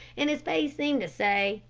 and his face seemed to say,